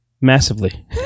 massively